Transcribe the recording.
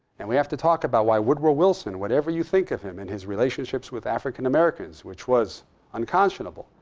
and we have to talk about why woodrow wilson, whatever you think of him and his relationships with african-americans, which was unconscionable,